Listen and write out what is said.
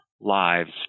lives